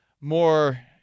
more